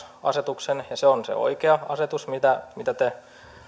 asetuksen ja se on se oikea asetus mitä mitä te